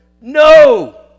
No